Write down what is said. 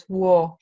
war